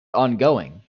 ongoing